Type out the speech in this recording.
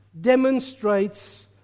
demonstrates